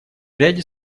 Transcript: ряде